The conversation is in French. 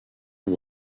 aux